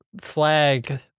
flag